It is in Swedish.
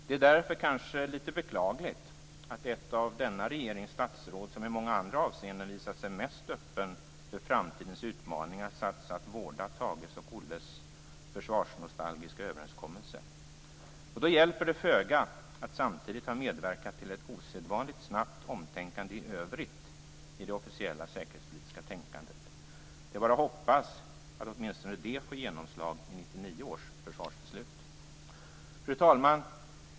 Det är kanske därför litet beklagligt att det av denna regerings statsråd som i många andra avseende visat sig mest öppen för framtidens utmaningar satts att vårda Thages och Olles försvarsnostalgiska överenskommelse. Då hjälper det föga att samtidigt ha medverkat till ett osedvanligt snabbt omtänkande i övrigt i det officiella säkerhetspolitiska tänkandet. Det är bara att hoppas att åtminstone det får genomslag i Fru talman!